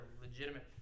legitimate